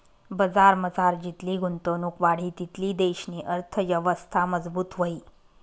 बजारमझार जितली गुंतवणुक वाढी तितली देशनी अर्थयवस्था मजबूत व्हयी